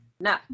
no